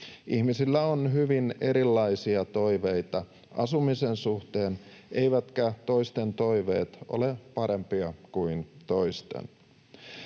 Ihmisillä on hyvin erilaisia toiveita asumisen suhteen, eivätkä toisten toiveet ole parempia kuin toisten.